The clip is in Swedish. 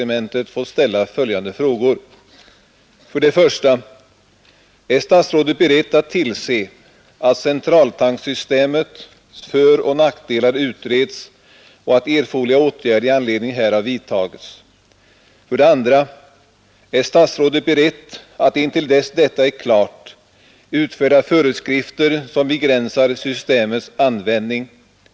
Om så är fallet inställer sig osökt frågan, om vi här har vidtagit sådana säkerhetsföreskrifter för transporter av detta slag, att riskerna för liknande ödesdigra olyckor i vårt land kan undvikas. 1. Förekommer i Sverige transporter av fenol eller motsvarande farliga varor på liknande sätt som vid den aktuella transporten i Danmark? 2.